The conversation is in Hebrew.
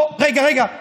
אוה, רגע, שנייה,